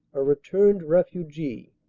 a returned refugee,